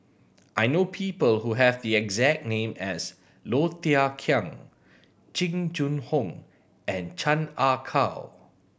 I know people who have the exact name as Low Thia Khiang Jing Jun Hong and Chan Ah Kow